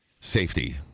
safety